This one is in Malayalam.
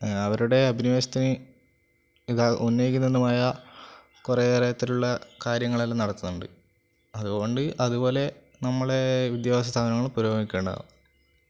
അവരുടെ അഭിനിവേശത്തിന് ഇത് ഉന്നയിക്കുന്നതുമായ കുറേ തരത്തിലുള്ള കാര്യങ്ങളെല്ലാം നടത്തുന്നുണ്ട് അതുകൊണ്ട് അതുപോലെ നമ്മളുടെ വിദ്യാഭാസ സ്ഥാപനങ്ങൾ പുരോഗമിക്കേണ്ടതാണ്